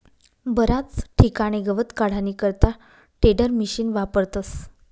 बराच ठिकाणे गवत काढानी करता टेडरमिशिन वापरतस